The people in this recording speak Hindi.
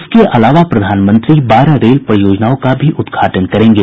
इसके अलावा प्रधानमंत्री बारह रेल परियोजनाओं का भी उद्घाटन करेंगे